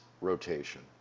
rotation